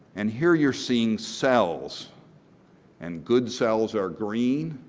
and here you are seeing cells and good cells are green,